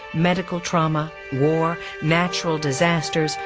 medical trauma, war, natural disasters,